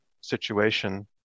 situation